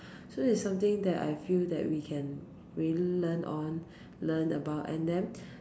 so it's something that I feel that we can really learn on learn about and then